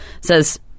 says